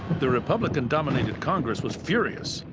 the republican dominated congress was furious,